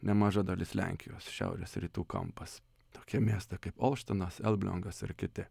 nemaža dalis lenkijos šiaurės rytų kampas tokiam mieste kaip olštinas elbliongas ir kiti